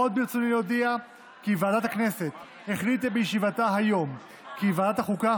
עוד ברצוני להודיע כי ועדת הכנסת החליטה בישיבתה היום כי ועדת החוקה,